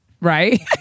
right